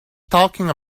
talking